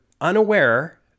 unaware